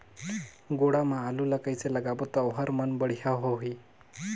गोडा मा आलू ला कइसे लगाबो ता ओहार मान बेडिया होही?